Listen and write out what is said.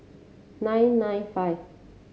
nine nine five